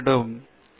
பேராசிரியர் எஸ்